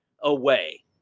away